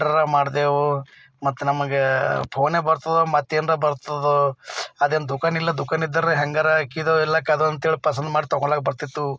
order ಮಾಡಿದೆವು ಮತ್ತು ನಮಗೆ ಫೋನೇ ಬರ್ತದೊ ಮತ್ತೆ ಏನಾರ ಬರ್ತದೋ ಅದೇನು ದುಖಾನ್ ಇಲ್ಲ ದುಖಾನ್ ಇದ್ದರೆ ಹೆಂಗಾರ ಇದು ಇರ್ಲಾಕ್ ಅದು ಅಂತ ಹೇಳಿ ಪಸಂದ್ ಮಾಡಿ ತಗೊಳ್ಳೋಕೆ ಬರ್ತಿತ್ತು